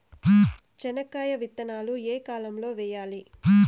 చెనక్కాయ విత్తనాలు ఏ కాలం లో వేయాలి?